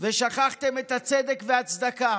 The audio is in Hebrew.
ושכחתם את הצדק והצדקה.